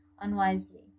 unwisely